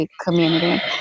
community